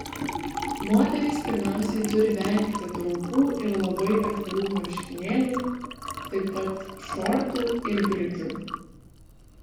moterys pirmiausiai turi vengti trumpų ir labai atvirų marškinėlių taip pat šortų ir bridžų